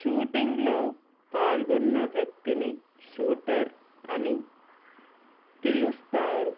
షూటింగ్లో పాల్గొన్న వ్యక్తిని షూటర్ అని పిలుస్తారు